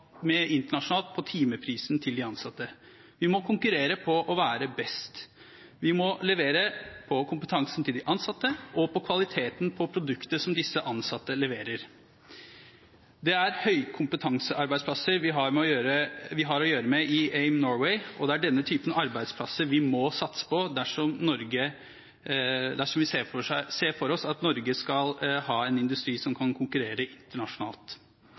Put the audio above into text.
med høy kompetanse. Norge er et høykostland, og vi kan ikke konkurrere internasjonalt på timeprisen til de ansatte. Vi må konkurrere på å være best. Vi må levere på kompetansen til de ansatte og på kvaliteten på produktet som disse ansatte leverer. Det er høykompetansearbeidsplasser vi har å gjøre med i AIM Norway, og det er denne typen arbeidsplasser vi må satse på dersom vi ser for oss at Norge skal ha en industri som kan konkurrere internasjonalt.